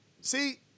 see